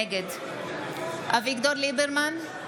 נגד אביגדור ליברמן,